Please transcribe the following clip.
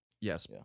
Yes